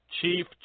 chief